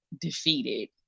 defeated